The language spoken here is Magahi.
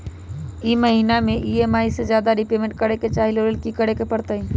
हम ई महिना में ई.एम.आई से ज्यादा रीपेमेंट करे के चाहईले ओ लेल की करे के परतई?